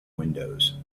windows